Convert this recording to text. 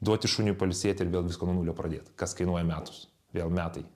duoti šuniui pailsėti ir vėl viską nuo nulio pradėt kas kainuoja metus vėl metai